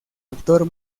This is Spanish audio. actor